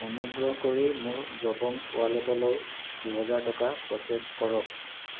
অনুগ্ৰহ কৰি মোৰ জবং ৱালেটলৈ দুহেজাৰ টকা প্ৰ'চেছ কৰক